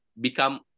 become